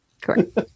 Correct